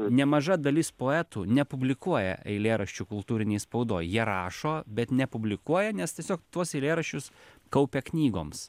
nemaža dalis poetų nepublikuoja eilėraščių kultūrinėj spaudoj jie rašo bet nepublikuoja nes tiesiog tuos eilėraščius kaupia knygoms